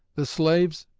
the slaves,